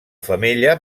femella